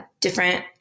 different